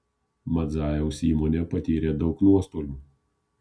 madzajaus įmonė patyrė daug nuostolių